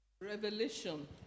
Revelation